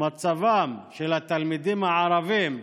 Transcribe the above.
ומצבם של התלמידים הערבים,